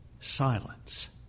silence